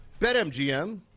BetMGM